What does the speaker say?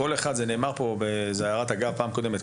זה נאמר פה באמירת אגב בפעם הקודמת,